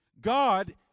God